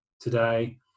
today